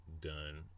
done